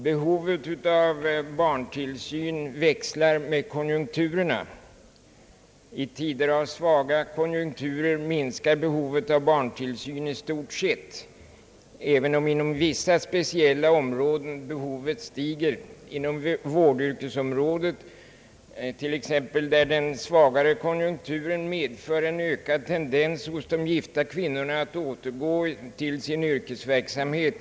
Behovet av barntillsyn växlar med konjunkturerna. I tider av svaga konjunkturer minskar behovet av barntillsyn i stort sett, även om behovet stiger inom vissa speciella områden. När det t.ex. gäller vårdyrkena medför den svagare konjunkturen en ökad tendens hos de gifta kvinnorna att återgå till sin yrkesverksamhet.